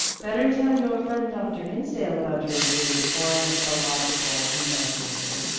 better tell your friend dr. hinsdale about your vivid ornithological imagination,